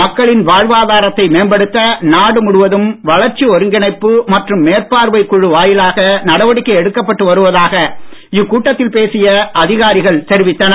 மக்களின் வாழ்வாதரத்தை மேம்படுத்த நாடு முழுவதும் வளர்ச்சி ஒருங்கிணைப்பு மற்றும் மேற்பார்வை குழு வாயிலாக நடவடிக்கை எடுக்கப்பட்டு வருவதாக இக்கூட்டத்தில் பேசிய அதிகாரிகள் தெரிவித்தனர்